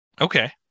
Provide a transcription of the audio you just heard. Okay